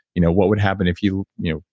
you know what would happen if you, you know,